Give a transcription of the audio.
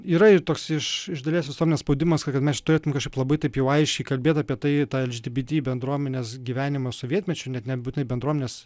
yra ir toks iš iš dalies visuomenės spaudimas ka kad mes turėtume kažkaip labai taip jau aiškiai kalbėt apie tai tą lgbt bendruomenės gyvenimą sovietmečiu net nebūtinai bendruomenės